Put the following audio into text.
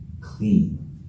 clean